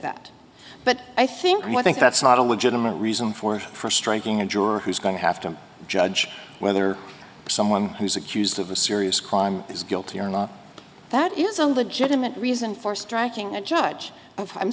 that but i think i think that saddam would give them a reason for for striking a juror who's going to have to judge whether someone who's accused of a serious crime is guilty or not that is a legitimate reason for striking a judge i'm